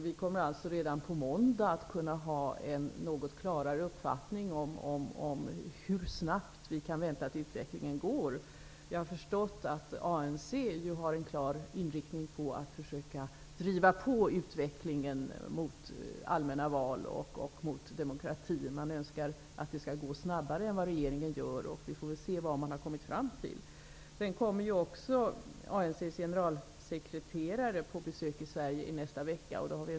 Vi kommer således redan på måndag att ha en något klarare uppfattning om hur snabbt vi kan förvänta oss att utvecklingen går. Jag har förstått att ANC har den klara inriktningen att försöka driva på utvecklingen för att få till stånd allmänna val och demokrati. Man önskar att det skall gå snabbare än vad regeringen gör. Vi får se vad man kommer fram till. ANC:s generalsekreterare kommer på besök till Sverige i nästa vecka.